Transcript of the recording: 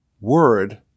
word